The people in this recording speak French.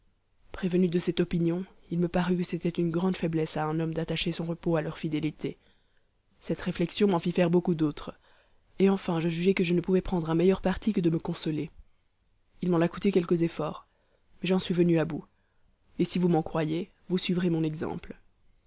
prévenu de cette opinion il me parut que c'était une grande faiblesse à un homme d'attacher son repos à leur fidélité cette réflexion m'en fit faire beaucoup d'autres et enfin je jugeai que je ne pouvais prendre un meilleur parti que de me consoler il m'en a coûté quelques efforts mais j'en suis venu à bout et si vous m'en croyez vous suivrez mon exemple